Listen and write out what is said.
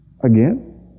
again